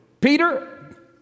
Peter